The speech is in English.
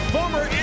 Former